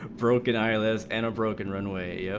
broken i list and broken runway yeah